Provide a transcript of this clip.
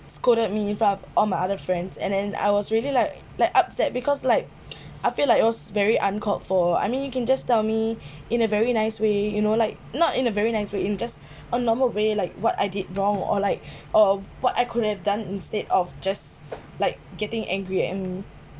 scolded me in front all my other friends and then I was really like like upset because like I feel like it was very uncalled for I mean you can just tell me in a very nice way you know like not in a very nice way in just a normal way like what I did wrong or like or what I couldn't have done instead of just like getting angry and